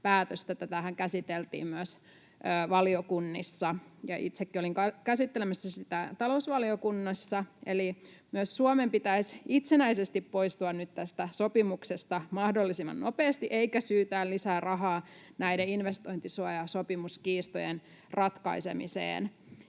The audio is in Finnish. päätöstä. Tätähän käsiteltiin myös valiokunnissa, ja itsekin olin käsittelemässä sitä talousvaliokunnassa. Eli myös Suomen pitäisi itsenäisesti poistua nyt tästä sopimuksesta mahdollisimman nopeasti eikä syytää lisää rahaa näiden investointisuojasopimuskiistojen ratkaisemiseen.